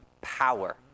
power